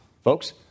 Folks